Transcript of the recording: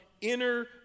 inner